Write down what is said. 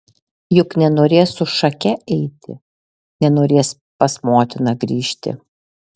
juk nenorės su šake eiti nenorės pas motiną grįžti